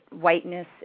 whiteness